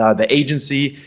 ah the agency,